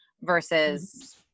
versus